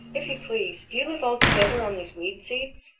if you please, do you live altogether on these weed seeds?